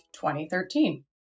2013